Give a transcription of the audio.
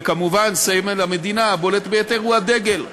וכמובן סמל המדינה הבולט ביותר הוא הדגל.